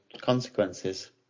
consequences